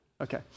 Okay